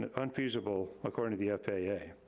and unfeasible according to the ah faa. yeah